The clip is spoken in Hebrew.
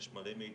יש הרבה מידע,